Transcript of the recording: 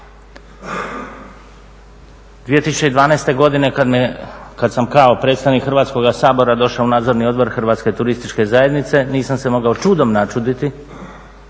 2012. godine kad sam kao predstavnik Hrvatskoga sabora došao u Nadzorni odbor Hrvatske turističke zajednice nisam se mogao čudom načuditi